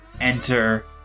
enter